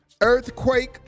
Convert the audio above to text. Earthquake